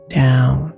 down